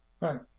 right